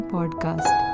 Podcast